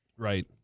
Right